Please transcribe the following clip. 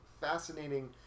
fascinating